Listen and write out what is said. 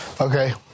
Okay